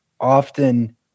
often